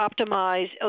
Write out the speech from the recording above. optimize